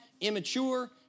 immature